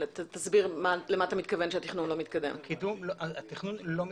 תסביר למה אתה מתכוון שהתכנון לא מתקדם?